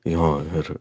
jo ir